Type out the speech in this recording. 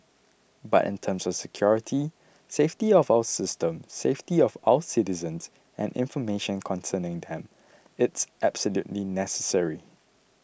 but in terms of security safety of our system safety of our citizens and information concerning them it's absolutely necessary